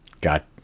Got